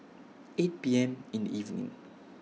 eight P M in evening